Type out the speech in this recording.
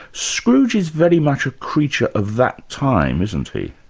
scrooge is very much a creature of that time, isn't he?